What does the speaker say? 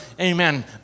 Amen